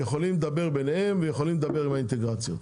יכולים לדבר ביניהם ויכולים לדבר עם האינטגרציות.